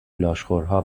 لاشخورها